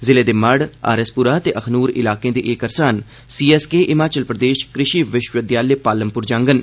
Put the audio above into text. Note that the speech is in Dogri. जिले दे मढ़ आरएसपुरा ते अखनूर इलाकें दे एह् करसान सीएसके हिमाचल प्रदेष कृशि विष्वविद्यालय पालमपुर जांडन